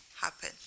happen